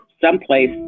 someplace